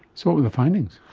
so what were the findings?